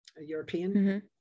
European